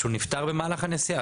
שהוא נפטר במהלך הנסיעה.